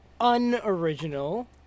unoriginal